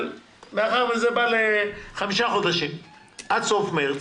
מאחר וזה בא לחמישה חודשים, עד סוף מרס,